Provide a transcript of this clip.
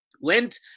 went